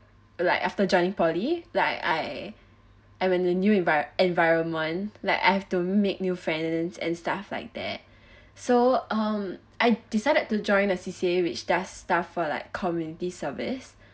like after joining poly like I and when the new envir~ environment like I have to make new friends and stuff like that so um I decided to join a C_C_A_ which does stuff for like community service